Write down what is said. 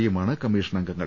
പിയുമാണ് commission അംഗങ്ങൾ